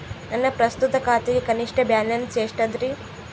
ನನ್ನ ಪ್ರಸ್ತುತ ಖಾತೆಗೆ ಕನಿಷ್ಠ ಬ್ಯಾಲೆನ್ಸ್ ಎಷ್ಟು ಅದರಿ?